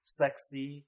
sexy